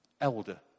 elder